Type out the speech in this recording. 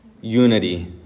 unity